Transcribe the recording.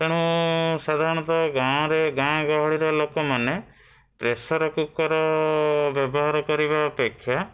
ତେଣୁ ସାଧାରଣତଃ ଗାଁ'ରେ ଗାଁ ଗହଳିର ଲୋକମାନେ ପ୍ରେସର୍ କୁକର୍ ବ୍ୟବହାର କରିବା ଅପେକ୍ଷା